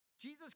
Jesus